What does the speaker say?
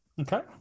Okay